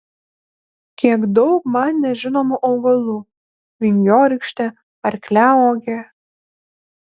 kiek daug man nežinomų augalų vingiorykštė arkliauogė